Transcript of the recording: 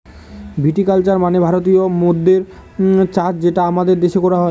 ভিটি culture মানে ভারতীয় মদ্যের চাষ যেটা আমাদের দেশে করা হয়